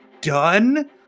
done